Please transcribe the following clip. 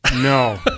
No